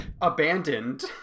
abandoned